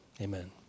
amen